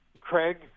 Craig